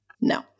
No